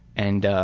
and